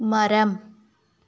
மரம்